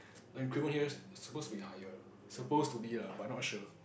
the increment here I suppose to be higher suppose to be lah but not sure